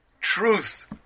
truth